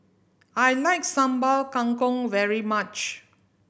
I like Sambal Kangkong very much